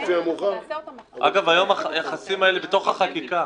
אגב, היום היחסים האלה בתוך החקיקה.